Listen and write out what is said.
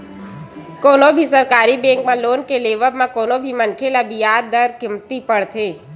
कोनो भी सरकारी बेंक म लोन के लेवब म कोनो भी मनखे ल बियाज दर कमती परथे